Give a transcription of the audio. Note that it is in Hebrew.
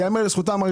יאמר לזכותם,